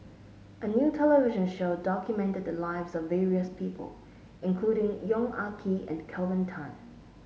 a new television show documented the lives of various people including Yong Ah Kee and Kelvin Tan